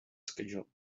schedule